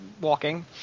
Walking